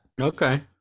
Okay